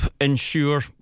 ensure